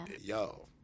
yo